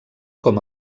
com